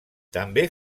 també